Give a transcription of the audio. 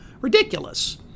Ridiculous